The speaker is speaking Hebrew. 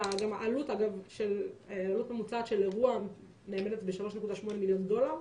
עלות ממוצעת של אירוע נאמדת ב-3.8 מיליון דולר.